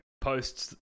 posts